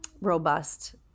robust